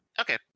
Okay